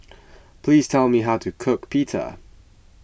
please tell me how to cook Pita